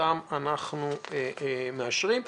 שאותם אנחנו מאשרים.